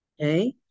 Okay